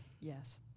yes